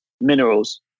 minerals